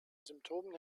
symptomen